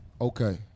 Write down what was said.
Okay